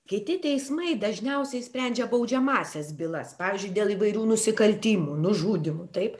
kiti teismai dažniausiai sprendžia baudžiamąsias bylas pavyzdžiui dėl įvairių nusikaltimų nužudymų taip